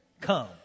come